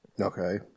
Okay